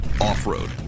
Off-road